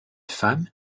femme